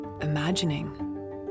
imagining